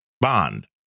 bond